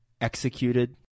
executed